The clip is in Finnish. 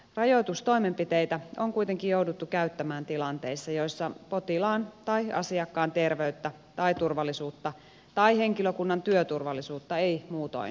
rajoitustoimenpiteitä on kuitenkin jouduttu käyttämään tilanteissa joissa potilaan tai asiakkaan terveyttä tai turvallisuutta tai henkilökunnan työturvallisuutta ei muutoin voida taata